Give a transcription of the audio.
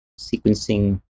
sequencing